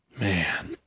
Man